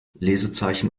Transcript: lesezeichen